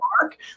mark